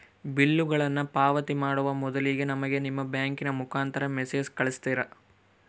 ಬಿಲ್ಲುಗಳನ್ನ ಪಾವತಿ ಮಾಡುವ ಮೊದಲಿಗೆ ನಮಗೆ ನಿಮ್ಮ ಬ್ಯಾಂಕಿನ ಮುಖಾಂತರ ಮೆಸೇಜ್ ಕಳಿಸ್ತಿರಾ?